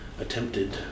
attempted